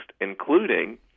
including